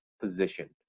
position